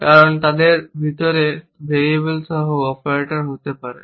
কারণ তারা তাদের ভিতরে ভেরিয়েবল সহ অপারেটর হতে পারে